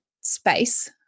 space